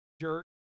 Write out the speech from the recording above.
jerk